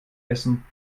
essen